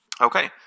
Okay